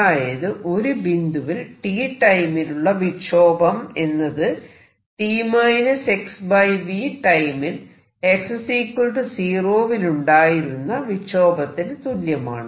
അതായത് ഒരു ബിന്ദുവിൽ t ടൈമിലുള്ള വിക്ഷോഭം എന്നത് t - xv ടൈമിൽ x 0 വിലുണ്ടായിരുന്ന വിക്ഷോഭത്തിനു തുല്യമാണ്